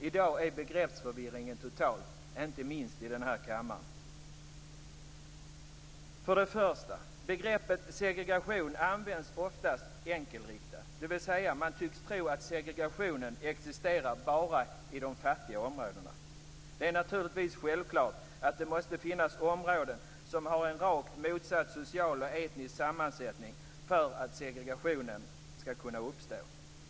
I dag är begreppsförvirringen total, inte minst i den här kammaren. För det första: Begreppet segregation används oftast enkelriktat, dvs. man tycks tro att segregationen bara existerar i de fattiga områdena. Det är självklart att det måste finnas områden som har en rakt motsatt social och etnisk sammansättning för att segregationen skall kunna uppstå.